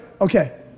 Okay